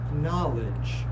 knowledge